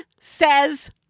says